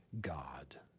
God